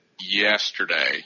yesterday